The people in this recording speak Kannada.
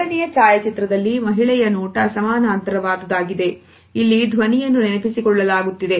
ಎರಡನೆಯ ಛಾಯಾಚಿತ್ರದಲ್ಲಿ ಮಹಿಳೆಯ ನೋಟ ಸಮಾನಾಂತರವಾದದಾಗಿದೆ ಇಲ್ಲಿ ಧ್ವನಿಯನ್ನು ನೆನಪಿಸಿಕೊಳ್ಳಲಾಗುತ್ತಿದೆ